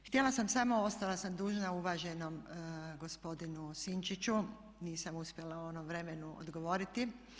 Htjela sam samo, ostala sam dužna uvaženom gospodinu Sinčiću, nisam uspjela u onom vremenu odgovoriti.